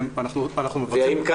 אני יכול לומר לך